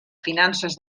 finances